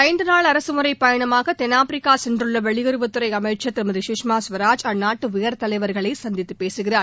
ஐந்து நாள் அரசுமுறைப் பயணமாக தென்னாப்பிரிக்கா சென்றுள்ள வெளியுறவுத்துறை அமைச்ச் திருமதி சுஷ்மா ஸ்வராஜ் அந்நாட்டு உயர் தலைவர்களை சந்தித்துப் பேசுகிறார்